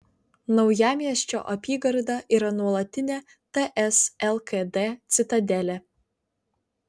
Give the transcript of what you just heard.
naujamiesčio apygarda yra nuolatinė ts lkd citadelė